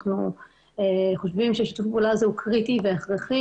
אנחנו חושבים ששיתוף הפעולה הזה הוא קריטי והכרחי